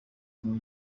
king